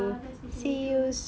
ya nice meeting you too